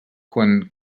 quan